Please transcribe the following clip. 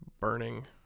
burning